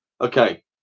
Okay